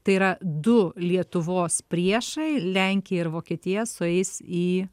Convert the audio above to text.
tai yra du lietuvos priešai lenkija ir vokietija sueis į